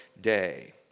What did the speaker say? Day